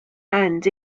and